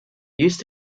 used